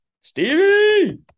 Stevie